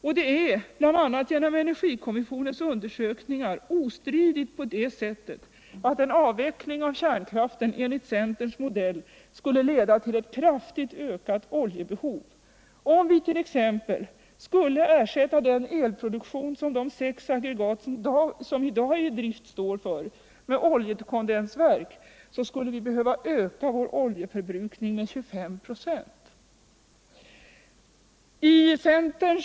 Och det är — det har vi konstaterat bl.a. genom energikommissionens undersökningar — ostridigt på det sättet att en avveckling av kärnkraften enligt centerns modell skulle leda till ett kraftigt ökat oljebehov. Om vit.ex. skulle ersätta den elproduktion som de sex aggregat som i dag är i drift står för med oljekondensverk skulle vi behöva öka vår oljeförbrukning med 25 26.